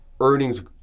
earnings